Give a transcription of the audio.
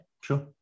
sure